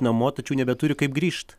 namo tačiau nebeturi kaip grįžt